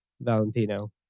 Valentino